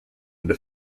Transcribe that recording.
into